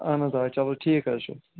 اَہن حظ آ چلو ٹھیٖک حظ چھُ